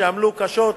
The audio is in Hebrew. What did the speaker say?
שעמלו קשות